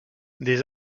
des